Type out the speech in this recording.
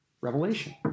Revelation